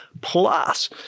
Plus